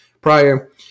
prior